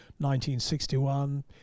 1961